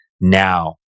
now